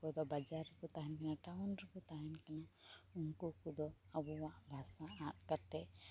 ᱚᱠᱚᱭᱫᱚ ᱵᱟᱡᱟᱨᱮ ᱠᱚ ᱛᱟᱦᱮᱱ ᱠᱟᱱᱟ ᱴᱟᱣᱩᱱ ᱨᱮᱠᱚ ᱛᱟᱦᱮᱱ ᱠᱟᱱᱟ ᱩᱝᱠᱚ ᱠᱚᱫᱚ ᱟᱵᱚᱣᱟᱜ ᱵᱷᱟᱥᱟ ᱟᱫ ᱠᱟᱛᱮᱫ